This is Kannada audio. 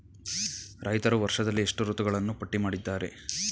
ರೈತರು ವರ್ಷದಲ್ಲಿ ಎಷ್ಟು ಋತುಗಳನ್ನು ಪಟ್ಟಿ ಮಾಡಿದ್ದಾರೆ?